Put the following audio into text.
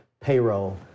payroll